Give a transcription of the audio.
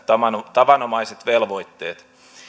tavanomaiset velvoitteet